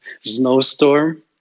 snowstorm